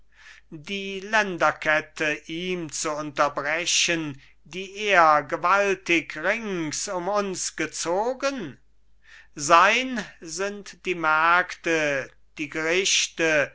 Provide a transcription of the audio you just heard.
die länderkette ihm zu unterbrechen die er gewaltig rings um uns gezogen sein sind die märkte die gerichte